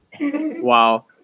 wow